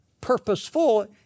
purposeful